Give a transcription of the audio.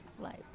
life